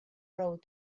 road